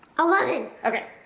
eleven! okay.